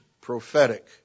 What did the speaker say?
prophetic